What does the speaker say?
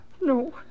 No